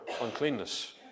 uncleanness